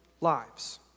lives